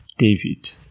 David